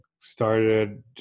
started